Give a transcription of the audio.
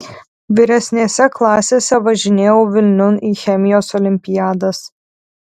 vyresnėse klasėse važinėjau vilniun į chemijos olimpiadas